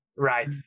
Right